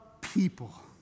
people